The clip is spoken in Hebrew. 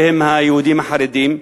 שהם היהודים החרדים,